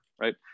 right